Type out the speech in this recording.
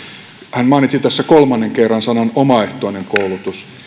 hän mainitsi tässä kolmannen kerran sanat omaehtoinen koulutus